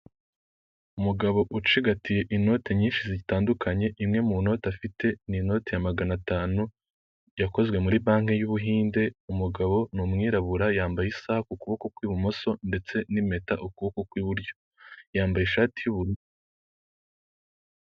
Umugabo ucigatiye inoti nyinshi zitandukanye, imwe mu noti afite ni inoti ya magana atanu yakozwe muri banki y'Ubuhinde, umugabo ni umwirabura yambaye isaha ku kuboko kw'ibumoso ndetse n'impeta ku kuboko kw'iburyo, yambaye ishati